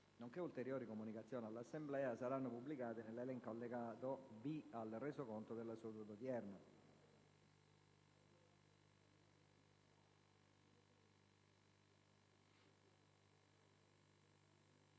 nonché ulteriori comunicazioni all'Assemblea saranno pubblicati nell'allegato B ai Resoconti della seduta.